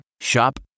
Shop